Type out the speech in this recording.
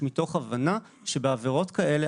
מתוך הבנה שבעבירות כאלה,